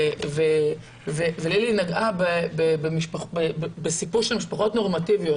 לילי נגעה בסיפור של משפחות נורמטיביות.